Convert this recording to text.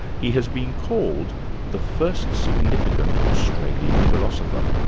he has been called the first significant australian philosopher,